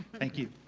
thank you.